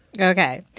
okay